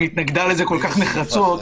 התנגדה לזה נחרצות.